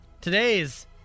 Today's